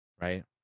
right